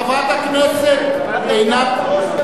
חברת הכנסת עינת,